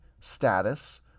status